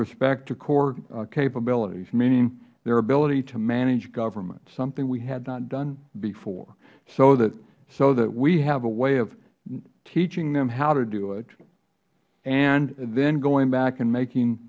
respect to core capabilities meaning their ability to manage government something we had not done before so that we have a way of teaching them how to do it and then going back and making